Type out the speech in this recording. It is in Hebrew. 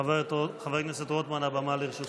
חבר הכנסת רוטמן, הבמה לרשותך.